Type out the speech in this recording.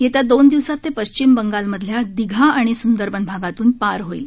येत्या दोन दिवसांत ते पश्चिम बंगाल मधल्या दिघा आणि सुंदरबन भागातून पार होईल